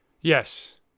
yes